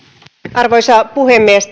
arvoisa puhemies